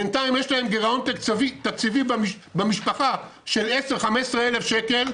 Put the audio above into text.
בינתיים יש להם גירעון תקציבי במשפחה של 10,000 15,000 שקל,